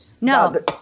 No